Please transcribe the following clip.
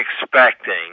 expecting